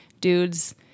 dude's